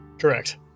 Correct